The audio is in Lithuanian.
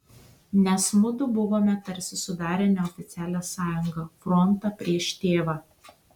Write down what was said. nes mudu buvome tarsi sudarę neoficialią sąjungą frontą prieš tėvą